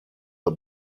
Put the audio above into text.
the